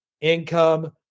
income